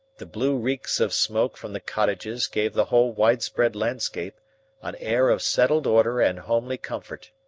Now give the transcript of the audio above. the blue reeks of smoke from the cottages gave the whole widespread landscape an air of settled order and homely comfort.